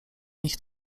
nich